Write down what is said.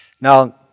Now